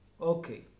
Okay